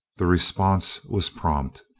the response was prompt.